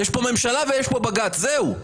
יש פה ממשלה ויש פה בג"צ, זהו.